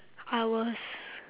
I was